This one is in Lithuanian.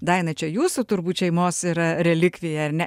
daina čia jūsų turbūt šeimos yra relikvija ar ne